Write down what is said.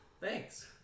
Thanks